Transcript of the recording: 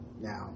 now